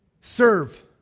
Serve